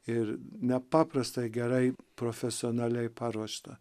ir nepaprastai gerai profesionaliai paruošta